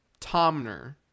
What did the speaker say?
Tomner